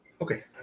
okay